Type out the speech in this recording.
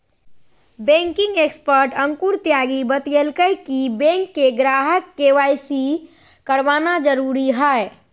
banking expert Ankur Tyagi बतयलकय कि bank के ग्राहक के.वाई.सी करवाना जरुरी हइ